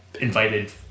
invited